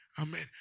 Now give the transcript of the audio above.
Amen